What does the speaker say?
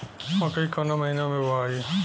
मकई कवना महीना मे बोआइ?